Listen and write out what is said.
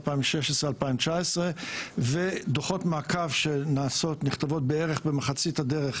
2016 ו-2019 ודוחות מעקב שנכתבים בערך במחצית הדרך,